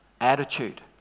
attitude